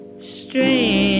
strange